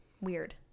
Weird